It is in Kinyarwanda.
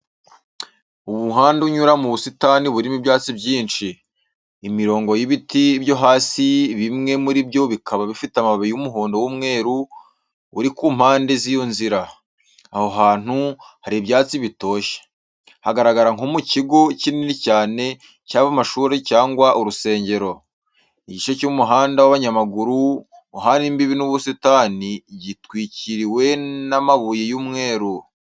Umuhanda unyura mu busitani burimo ibyatsi byinshi. Imirongo y'ibiti byo hasi bimwe muri byo bikaba bifite amababi y'umuhondo w'umweru, uri ku mpande z'iyo nzira. Aho hantu hari ibyatsi bitoshye. Hagaragara nko mu kigo kinini cyane cyaba amashuri cyangwa urusengero. Igice cy'umuhanda w'abanyamaguru uhana imbibi n'ubusitani, gitwikiriwe n'amabuye y'umweru.